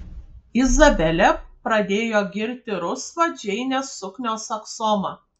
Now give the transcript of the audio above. izabelė pradėjo girti rusvą džeinės suknios aksomą